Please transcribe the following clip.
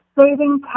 Saving